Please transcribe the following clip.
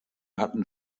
hatten